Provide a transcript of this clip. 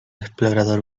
explorador